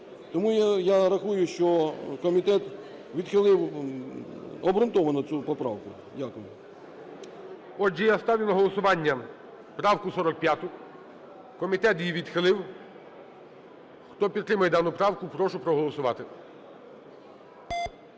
Тому, я рахую, що комітет відхилив обґрунтовано цю поправку. Дякую. ГОЛОВУЮЧИЙ. Отже, я ставлю на голосування правку 45, комітет її відхилив. Хто підтримує дану правку, прошу проголосувати.